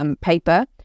paper